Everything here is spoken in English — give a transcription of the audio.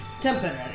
Temporary